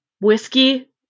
whiskey